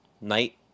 night